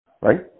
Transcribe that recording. right